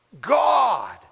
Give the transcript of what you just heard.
God